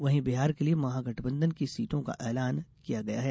वहीं बिहार के लिए महागठबंधन की सीटों का ऐलान किया गया है